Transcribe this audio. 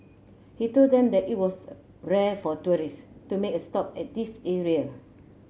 he told them that it was rare for tourists to make a stop at this area